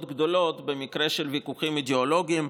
גדולות במקרים של ויכוחים אידאולוגיים,